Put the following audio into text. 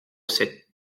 sept